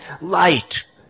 light